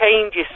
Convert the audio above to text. changes